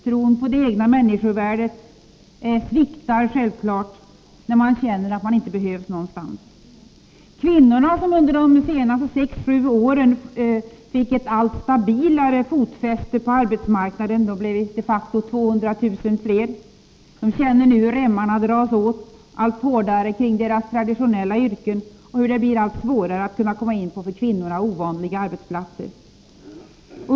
Tron på det egna människovärdet sviktar självfallet när man känner att man inte behövs någonstans. Kvinnorna som under de senaste sex sju åren fått ett allt stabilare fotfäste på arbetsmarknaden — de blev de facto 200 000 fler — känner nu hur remmarna dras åt allt hårdare kring deras traditionella yrken och hur det blir allt svårare att kunna komma in på för kvinnorna ovanliga arbetsplatser.